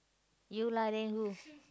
you lah then who